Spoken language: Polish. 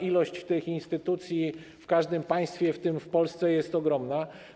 Ilość instytucji w każdym państwie, w tym w Polsce, jest ogromna.